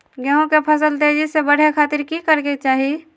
गेहूं के फसल तेजी से बढ़े खातिर की करके चाहि?